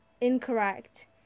incorrect